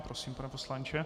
Prosím, pane poslanče.